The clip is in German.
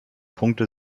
punkte